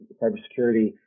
cybersecurity